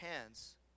hands